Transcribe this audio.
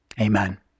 Amen